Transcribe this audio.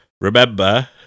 remember